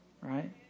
right